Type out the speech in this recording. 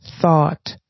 thought